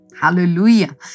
Hallelujah